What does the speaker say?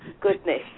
goodness